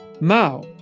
Mao